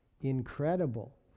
incredible